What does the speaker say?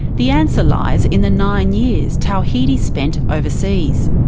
the answer lies in the nine years tawhidi spent overseas.